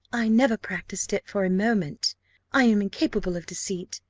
i never practised it for a moment i am incapable of deceit.